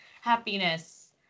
happiness